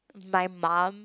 my mum